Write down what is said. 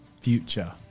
future